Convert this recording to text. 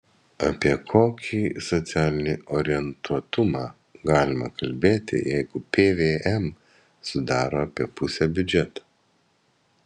apie kokį socialinį orientuotumą galima kalbėti jeigu pvm sudaro apie pusę biudžeto